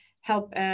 help